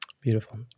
Beautiful